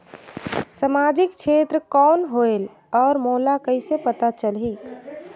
समाजिक क्षेत्र कौन होएल? और मोला कइसे पता चलही?